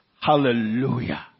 Hallelujah